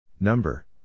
Number